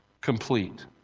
complete